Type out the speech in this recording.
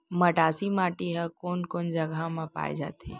मटासी माटी हा कोन कोन जगह मा पाये जाथे?